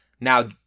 Now